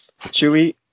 Chewy